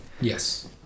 Yes